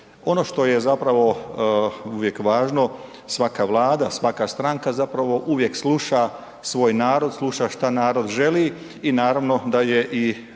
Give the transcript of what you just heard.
Ono što je zapravo uvijek važno, svaka vlada, svaka stranka zapravo uvijek sluša svoj narod, sluša što narod želi i naravno da je i